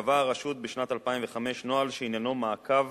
קבעה הרשות בשנת 2005 נוהל שעניינו מעקב